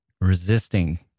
resisting